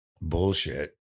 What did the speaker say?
bullshit